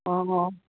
ꯑꯣ ꯑꯣ